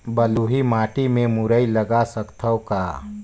बलुही माटी मे मुरई लगा सकथव का?